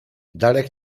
darek